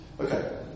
Okay